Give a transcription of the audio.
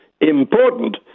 important